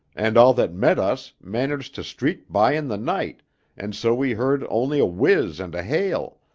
and all that met us managed to streak by in the night and so we heard only a whiz and a hail,